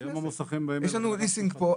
יש לנו ליסינג פה,